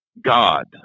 god